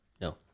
No